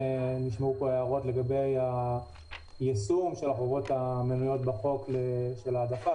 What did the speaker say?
נשמעו פה הערות לגבי היישום של החובות המנויות בחוק להעדפה,